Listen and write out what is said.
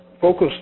focus